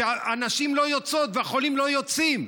שהנשים לא יוצאות והחולים לא יוצאים?